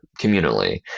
communally